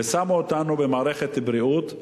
ושמו אותנו במערכת בריאות,